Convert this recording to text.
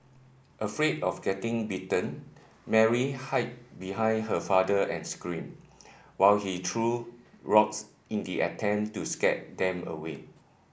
afraid of getting bitten Mary hide behind her father and screamed while he threw rocks in the attempt to scare them away